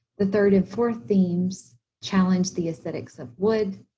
the third and fourth themes challenge the aesthetics of wood,